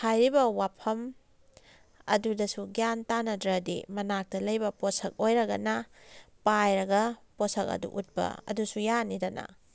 ꯍꯥꯏꯔꯤꯕ ꯋꯥꯐꯝ ꯑꯗꯨꯗꯁꯨ ꯒ꯭ꯌꯥꯟ ꯇꯥꯅꯗ꯭ꯔꯗꯤ ꯃꯅꯥꯛꯇ ꯂꯩꯕ ꯄꯣꯠꯁꯛ ꯑꯣꯏꯔꯒꯅ ꯄꯥꯏꯔꯒ ꯄꯣꯠꯁꯛ ꯑꯗꯨ ꯎꯠꯄ ꯑꯗꯨꯁꯨ ꯌꯥꯅꯤꯗꯅ